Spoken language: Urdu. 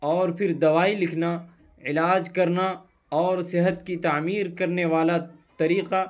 اور پھر دوائی لکھنا علاج کرنا اور صحت کی تعمیر کرنے والا طریقہ